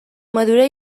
madura